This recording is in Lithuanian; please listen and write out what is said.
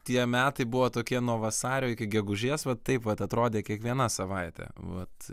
tie metai buvo tokie nuo vasario iki gegužės vat taip vat atrodė kiekviena savaitė vat